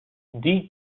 die